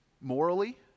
morally